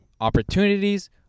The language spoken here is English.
opportunities